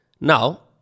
now